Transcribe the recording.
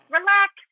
Relax